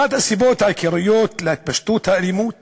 אחת הסיבות העיקריות להתפשטות האלימות